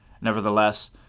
Nevertheless